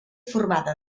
formada